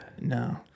No